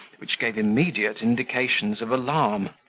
which gave immediate indications of alarm.